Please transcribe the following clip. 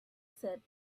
said